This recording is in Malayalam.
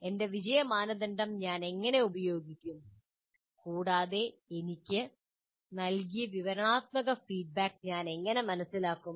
എന്റെ വിജയ മാനദണ്ഡം ഞാൻ എങ്ങനെ ഉപയോഗിക്കും കൂടാതെ എനിക്ക് നൽകിയ വിവരണാത്മക ഫീഡ്ബാക്ക് ഞാൻ എങ്ങനെ മനസ്സിലാക്കും